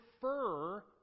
prefer